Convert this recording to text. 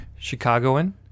Chicagoan